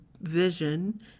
vision